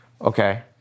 Okay